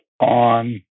on